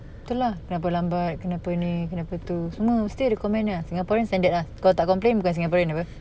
tu lah lambat lambat kenapa ni kenapa tu semua still ada comment lah singaporeans standard lah kalau tak complain bukan singaporean apa